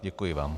Děkuji vám.